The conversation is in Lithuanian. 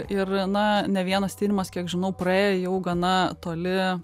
ir na ne vienas tyrimas kiek žinau praėjo jau gana toli